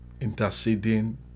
interceding